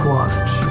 Watch